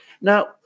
Now